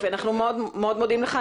אנחנו מאוד מודים לך.